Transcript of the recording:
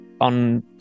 on